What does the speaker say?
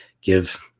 give